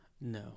No